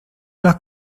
las